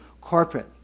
corporate